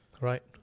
Right